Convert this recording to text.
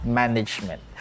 management